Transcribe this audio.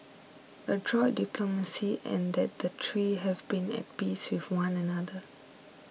adroit diplomacy and that the three have been at peace with one another